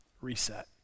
Reset